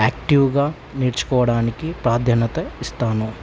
యాక్టివ్గా నేర్చుకోవడానికి ప్రాధాన్యత ఇస్తాను